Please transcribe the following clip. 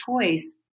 choice